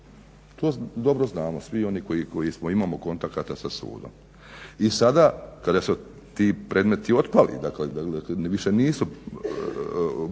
To dobro znamo svi oni koji imamo kontakata sa sudom. I sada kada su ti predmeti otpali, dakle da više nisu